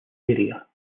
area